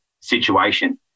situation